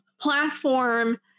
platform